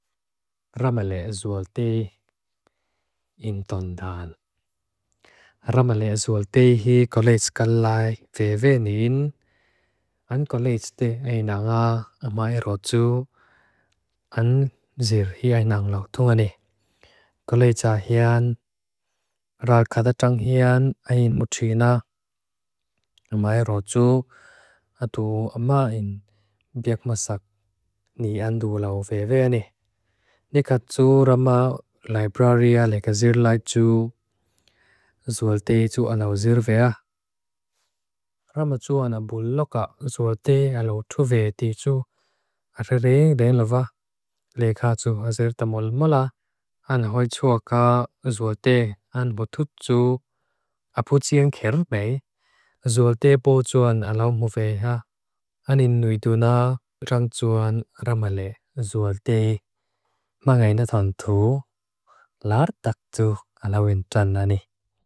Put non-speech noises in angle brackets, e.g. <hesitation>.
Ramale azzu al tei in tondan. Ramale azzu al tei hi kolec <hesitation> kallai, vevenin an kolec tei aina nga ama e rozu an zir hi aina nga lak tunga ne. Koleca hi an ral kada chang hi an ain mucina ama e rozu atu ama in biek masak ni andu lao veveni. Ni katsu rama lebraria le kazir lai chu zual tei <hesitation> chu an au zir vea. Rama chu ana bul loka zual tei al o tuvei tei chu. Arre ren ren lava le katsu azzir tamo lmala an hoi <hesitation> chu waka zual tei an botut chu apu chi an kern <hesitation> mei zual tei po chu an alau muvei ha. An in nui du na chang chu an rama le zual tei ama aina tondu lardak chu alau veen zhan nga ne.